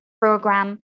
program